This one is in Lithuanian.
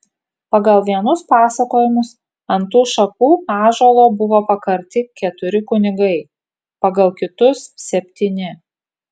pagal vienus pasakojimus ant tų šakų ąžuolo buvo pakarti keturi kunigai pagal kitus septyni